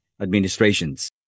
administrations